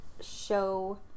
show